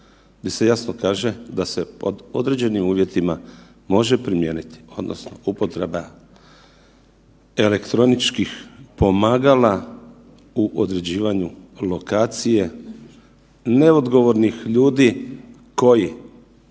di se jasno kaže da se pod određenim uvjetima može primijeniti, odnosno upotreba elektroničkih pomagala u određivanju lokacije neodgovornih ljudi koji